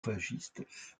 fascistes